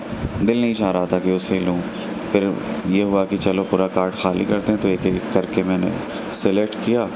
دل نہیں چاہ رہا تھا کہ اُس سے لوں پھر یہ ہُوا کہ چلو پورا کارٹ خالی کرتے ہیں تو ایک ایک کر کے میں نے سلیکٹ کیا